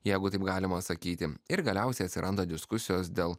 jeigu taip galima sakyti ir galiausiai atsiranda diskusijos dėl